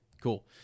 cool